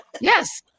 Yes